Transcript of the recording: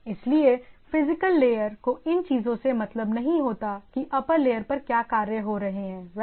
इसलिए physical layer को इन चीजों से मतलब नहीं होता कि अप्पर लेयर पर क्या कार्य हो रहे हैं राइट